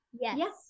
Yes